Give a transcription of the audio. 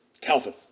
Calvin